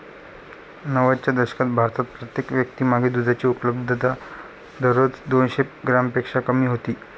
नव्वदच्या दशकात भारतात प्रत्येक व्यक्तीमागे दुधाची उपलब्धता दररोज दोनशे ग्रॅमपेक्षा कमी होती